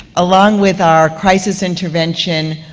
along with our crisis intervention,